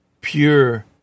pure